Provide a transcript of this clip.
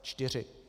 4.